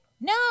no